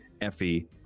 Effie